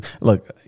Look